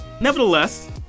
nevertheless